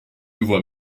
voix